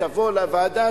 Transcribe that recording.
תבוא לוועדה,